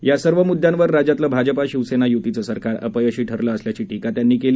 या सर्व मुद्यांवर राज्यातलं भाजपा शिवसेना युतीचं सरकार अपयशी ठरलं असल्याची टीका त्यांनी केली